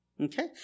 Okay